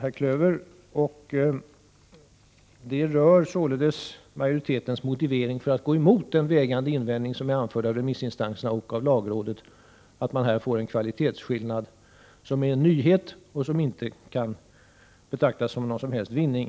Frågan rör majoritetens motivering för att gå emot den vägande invändning som är anförd av remissinstanserna och av lagrådet, att man här får en kvalitetsskillnad som är en nyhet och som inte kan betraktas som någon som helst vinning.